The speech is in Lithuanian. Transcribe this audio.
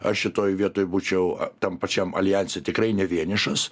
aš šitoj vietoj būčiau tam pačiam aljanse tikrai ne vienišas